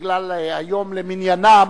בגלל היום, למניינם,